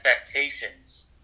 expectations